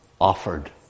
offered